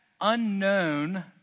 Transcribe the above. unknown